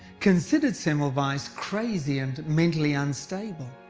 considered semmelweis crazy and mentally unstable.